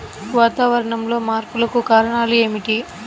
వాతావరణంలో మార్పులకు కారణాలు ఏమిటి?